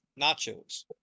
nachos